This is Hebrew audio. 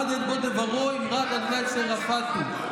עד עת בא דברו אמרת ה' צְרָפָתְהו,